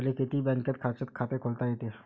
मले किती बँकेत बचत खात खोलता येते?